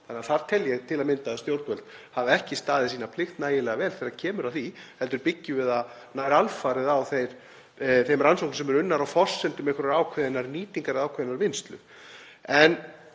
að ég tel til að mynda að stjórnvöld hafi ekki staðið sína plikt nægilega vel þegar kemur að því heldur byggjum við það nær alfarið á þeim rannsóknum sem eru unnar á forsendum einhverrar ákveðinnar nýtingar eða ákveðinnar vinnslu.